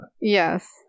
Yes